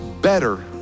better